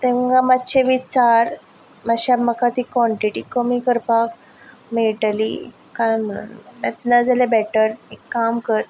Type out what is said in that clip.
तांकां मातशें विचार मातशें म्हाका ती कोन्टीटी कमी करपाक मेळटली काय म्हण ना जाल्यार बेटर एक काम कर